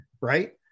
right